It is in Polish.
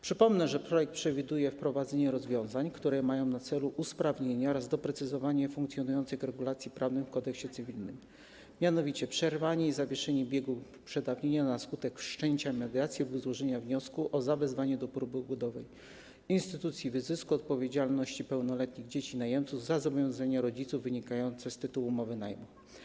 Przypomnę, że projekt przewiduje wprowadzenie rozwiązań, które mają na celu usprawnienie oraz doprecyzowanie funkcjonujących regulacji prawnych w Kodeksie cywilnym, mianowicie dotyczących przerwania i zawieszenia biegu przedawnienia na skutek wszczęcia mediacji lub złożenia wniosku o zawezwanie do próby ugodowej, instytucji wyzysku, odpowiedzialności pełnoletnich dzieci najemców za zobowiązania rodziców wynikające z tytułu umowy najmu.